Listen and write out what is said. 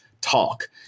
talk